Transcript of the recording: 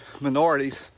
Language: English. minorities